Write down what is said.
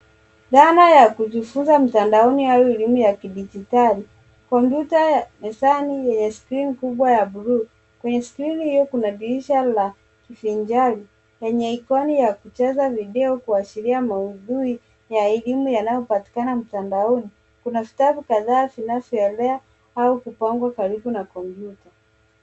Dhana ya kujifunza mtandaoni au elimu ya kidijitali, kompyuta ya mezani yenye skrini kubwa ya bluu. Kwenye skrini hio kuna dirisha la ufunzaji yenye icon ya kucheza video kuashiria maudhui ya elimu yanayopatikana mtandaoni. Kuna vitabu kadhaa vinavyoelea au kupangwa karibu na kompyuta.